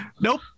Nope